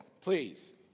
please